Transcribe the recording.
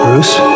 Bruce